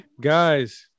Guys